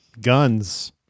Guns